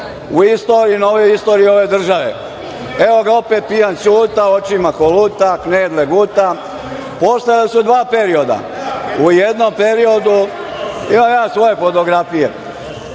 u novijoj istoriji ove države. Evo ga opet pijan Ćuta očima koluta, knedle guta. Postojala su dva perioda. U jednom periodu, imam ja svoje fotografije,